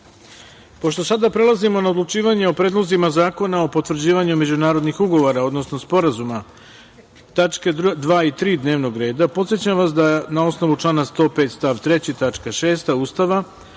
karti. Pošto sada prelazimo na odlučivanje o predlozima zakona o potvrđivanju međunarodnih ugovora, odnosno sporazuma, tačke 2. i 3. dnevnog reda, podsećam vas da na osnovu člana 105. stav 3. tačka